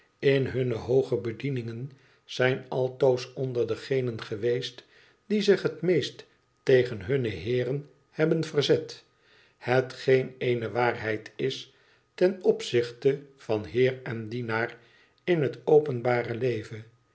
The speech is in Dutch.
in hunne hooge bedieningen zijn altoos onder degenen geweest die zich het meest tegen hunne heeren hebben verzet hetgeen eene waarheid is ten opzichte van heer en dienaar in het openbare leven